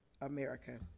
America